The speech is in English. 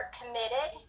committed